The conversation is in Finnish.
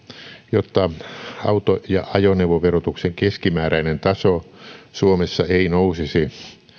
jotta auto ja ajoneuvoverotuksen keskimääräinen taso suomessa ei nousisi